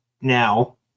now